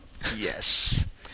Yes